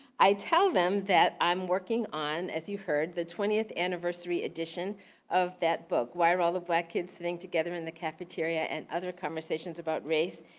i tell them that i'm working on, as you heard, the twenty fifth anniversary edition of that book, why are all the black kids sitting together in the cafeteria and other conversations about race.